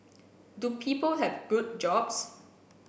do people have good jobs